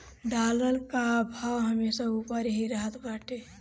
dollar कअ भाव हमेशा उपर ही रहत बाटे